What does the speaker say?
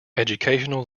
educational